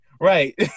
Right